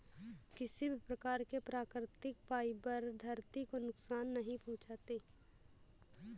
किसी भी प्रकार के प्राकृतिक फ़ाइबर धरती को नुकसान नहीं पहुंचाते